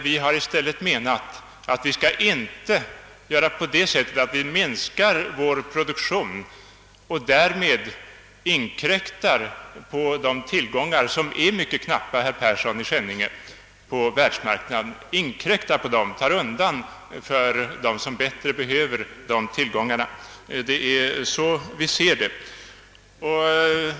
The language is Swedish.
Vi har i stället ansett att vi inte bör minska vår produktion och därigenom behöva inkräkta på de tillgångar på världsmarknaden som — herr Persson i Skänninge — verkligen är mycket knappa. Det är så vi sett saken.